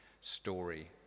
story